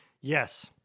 Yes